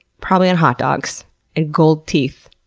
probably on hot dogs and gold teeth.